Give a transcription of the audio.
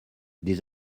des